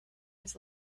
his